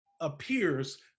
appears